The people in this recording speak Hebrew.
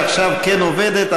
שעכשיו כן עובדת,